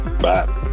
bye